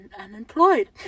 unemployed